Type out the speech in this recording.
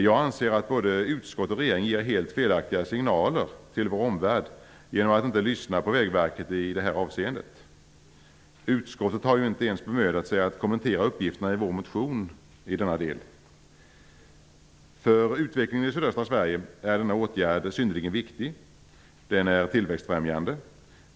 Jag anser att både utskottet och regeringen ger helt felaktiga signaler till vår omvärld genom att inte lyssna på Vägverket i detta avseende. Utskottet har ju inte ens bemödat sig att kommentera uppgifterna i vår motion i denna del. För utvecklingen i sydöstra Sverige är denna åtgärd synnerligen viktig. Den är tillväxtbefrämjande.